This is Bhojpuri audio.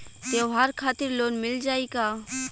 त्योहार खातिर लोन मिल जाई का?